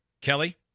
Kelly